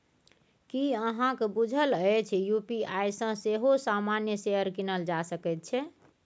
की अहाँक बुझल अछि यू.पी.आई सँ सेहो सामान्य शेयर कीनल जा सकैत छै?